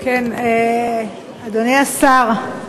אדוני השר,